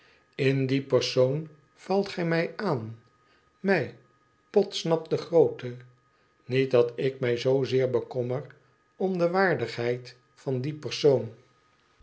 in dien persoon valt gij mij aan mij podsnap den grooten niet dat ik mij zoo zeer bekommer om de waardigheid van dien persoon